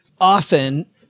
often